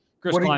Chris